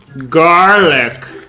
garlic.